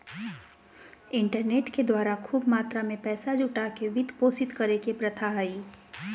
internet के द्वारा खूब मात्रा में पैसा जुटा के वित्त पोषित करे के प्रथा हइ